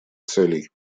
целей